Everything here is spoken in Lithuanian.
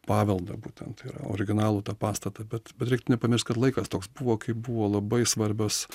paveldą būtent ir originalų tą pastatą bet reiktų nepamiršt kad laikas toks buvo kaip buvo labai svarbios